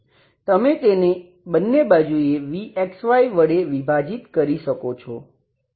તમે તેને બંને બાજુએ v વડે વિભાજીત કરી શકો છો